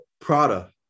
Prada